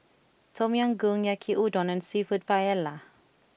Tom Yam Goong Yaki udon and Seafood Paella